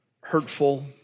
hurtful